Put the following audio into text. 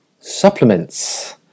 supplements